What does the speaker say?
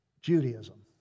Judaism